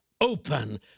open